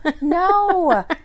no